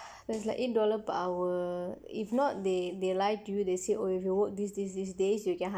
there's like eight dollar per hour if not they they lie to you they say oh if you work this this this days you get